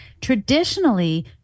Traditionally